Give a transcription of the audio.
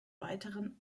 weiteren